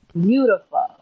beautiful